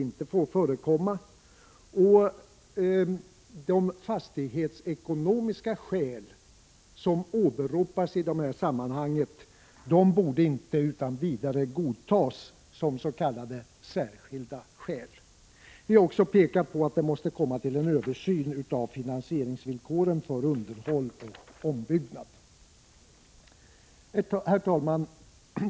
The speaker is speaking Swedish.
De fastighetsekonomiska skäl som åberopas i detta sammanhang borde inte utan vidare godtas som s.k. särskilda skäl. Vi har också pekat på att det måste komma till en översyn av villkoren för finansiering av underhåll och ombyggnad. Herr talman!